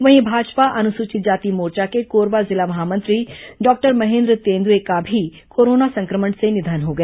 वहीं भाजपा अनुसूचित जाति मोर्चा के कोरबा जिला महामंत्री डॉक्टर महेन्द्र तेंदुवे का भी कोरोना संक्रमण से निधन हो गया